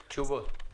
תשובות.